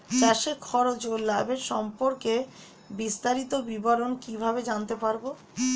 চাষে খরচ ও লাভের সম্পর্কে বিস্তারিত বিবরণ কিভাবে জানতে পারব?